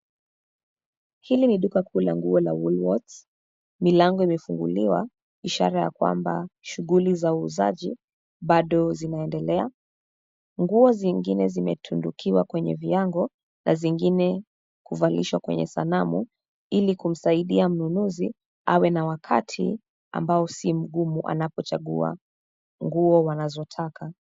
Hili ni duka kuu la nguo la Woolworths. Milango imefunguliwa, ishara ya kwamba shuguli za uzaji, bado zinaendelea. Nguo zingine zimetundukiwa kwenye vyango na zingine kuvalishwa kwenye sanamu ili kumsaidia mnunuzi awe na wakati ambao si mgumu anapochaguwa, nguo wanazotaka.